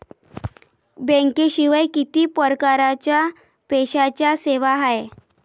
बँकेशिवाय किती परकारच्या पैशांच्या सेवा हाय?